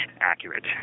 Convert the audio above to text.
accurate